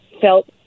felt